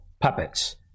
puppets